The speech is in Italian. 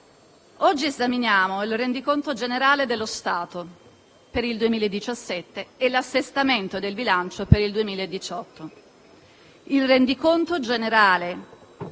oggi esaminiamo il rendiconto generale dello Stato per il 2017 e l'assestamento del bilancio per il 2018. Il «Rendiconto generale